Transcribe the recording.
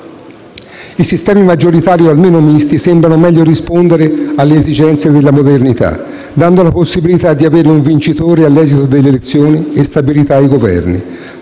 I sistemi maggioritari o almeno misti sembrano meglio rispondere alle esigenze della modernità, dando la possibilità di avere un vincitore all'esito delle elezioni e stabilità ai Governi.